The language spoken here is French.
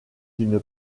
d’une